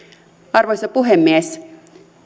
arvoisa puhemies